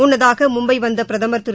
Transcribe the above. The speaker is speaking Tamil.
முன்னதாக மும்பை வந்த பிரதமா் திரு